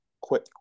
quick